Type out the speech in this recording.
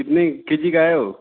कितने K G का है वो